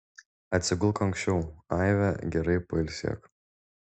atsigulk anksčiau aive gerai pailsėk